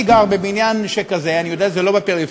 אני גר בבניין שכזה, אני יודע שזה לא בפריפריה,